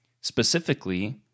specifically